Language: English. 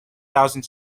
thousand